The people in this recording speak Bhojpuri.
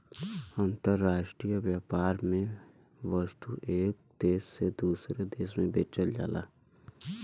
अंतराष्ट्रीय व्यापार में वस्तु एक देश से दूसरे देश में बेचल जाला